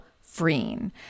freeing